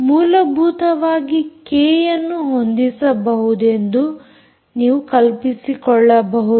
ಮೂಲಭೂತವಾಗಿ ಕೆ ಯನ್ನು ಹೊಂದಿಸಬಹುದೆಂದು ನೀವು ಕಲ್ಪಿಸಿಕೊಳ್ಳಬಹುದು